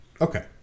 Okay